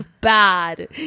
bad